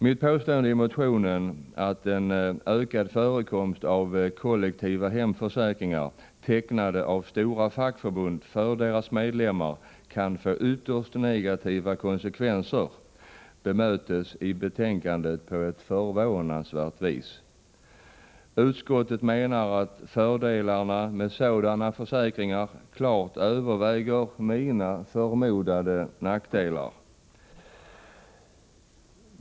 Mitt påstående i motionen, att en ökad förekomst av kollektiva hemförsäkringar, tecknade av stora fackförbund för deras medlemmar, kan få ytterst negativa konsekvenser, bemöts i betänkandet på ett förvånansvärt vis. Utskottet menar att fördelarna med sådana försäkringar klart överväger mina förmodade nackdelar.